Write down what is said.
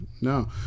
No